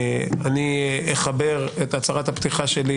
אני אחבר את הצהרת הפתיחה שלי,